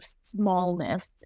smallness